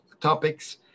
topics